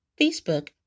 Facebook